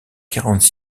quarante